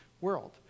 world